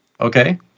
okay